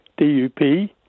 DUP